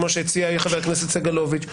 כמו שהציע חבר הכנסת סגלוביץ',